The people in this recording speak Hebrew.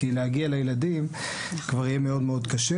כי להגיע לילדים כבר יהיה מאוד מאוד קשה